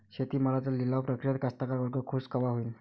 शेती मालाच्या लिलाव प्रक्रियेत कास्तकार वर्ग खूष कवा होईन?